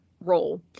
role